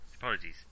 Apologies